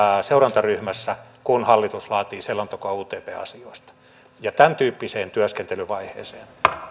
seurantaryhmässä kun hallitus laatii selontekoa utp asioista ja tämäntyyppiseen työskentelyvaiheeseen